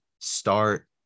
start